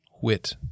wit